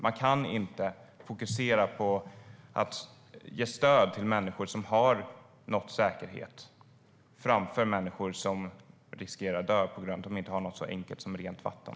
Man kan inte fokusera på att ge stöd till människor som har nått säkerhet framför människor som riskerar att dö på grund av att de inte har något så enkelt som rent vatten.